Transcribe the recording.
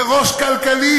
זה ראש כלכלי.